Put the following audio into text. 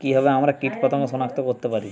কিভাবে আমরা কীটপতঙ্গ সনাক্ত করতে পারি?